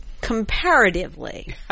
Comparatively